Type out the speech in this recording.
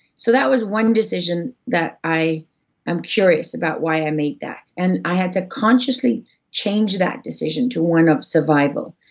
so that was one decision that i am curious about why i made that. and i had to consciously change that decision to one of survival.